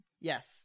yes